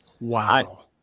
Wow